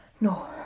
No